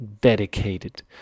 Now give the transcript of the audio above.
dedicated